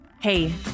Hey